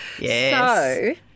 yes